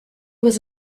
was